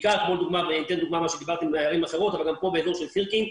בעיקר כדוגמה באזור של סירקין,